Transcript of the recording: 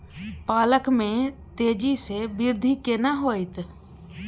पालक में तेजी स वृद्धि केना होयत?